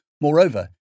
Moreover